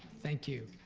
thank you.